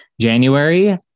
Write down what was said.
January